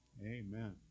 Amen